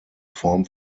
form